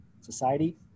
Society